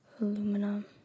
Aluminum